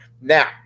Now